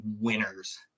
winners